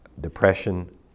depression